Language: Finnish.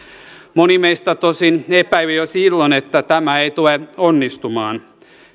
moni meistä tosin epäili jo silloin että tämä ei tule onnistumaan